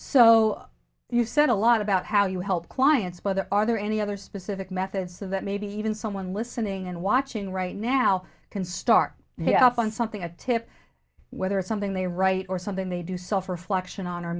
so you said a lot about how you help clients but are there any other specific methods so that maybe even someone listening and watching right now can start yap on something a tip whether it's something they write or something they do self reflection on o